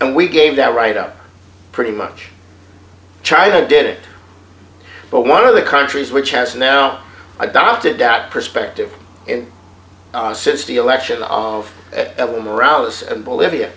and we gave that right up pretty much china did it but one of the countries which has now adopted out perspective and since the election of around us and bolivia